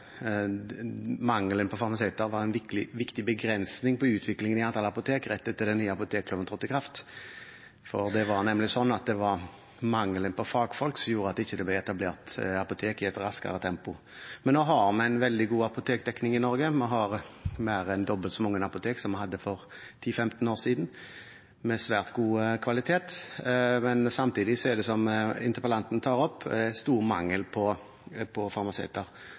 mangelen på farmasøyter vært en utfordring. Jeg tør påstå at mangelen på farmasøyter var en viktig begrensning for utviklingen i antall apotek rett etter at den nye apotekloven trådte i kraft. Det var nemlig mangelen på fagfolk som gjorde at det ikke ble etablert apotek i et raskere tempo. Nå har vi en veldig god apotekdekning i Norge. Vi har mer enn dobbelt så mange apotek som vi hadde for 10–15 år siden, og med svært god kvalitet. Samtidig er det, som interpellanten tar opp, stor mangel på